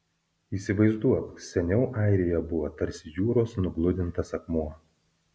įsivaizduok seniau airija buvo tarsi jūros nugludintas akmuo